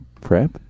Prep